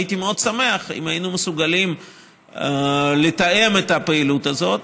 הייתי מאוד שמח אם היינו מסוגלים לתאם את הפעילות הזאת.